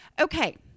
Okay